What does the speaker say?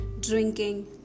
drinking